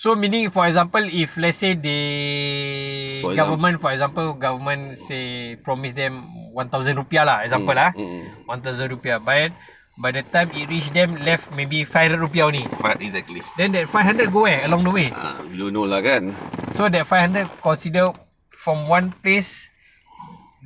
so meaning for example if let say they government for example government say promise them one thousand rupiah lah example ah one thousand rupiah but by the time it reach them left maybe five hundred rupiah only then that five hundred go where along the way so that five hundred consider from one place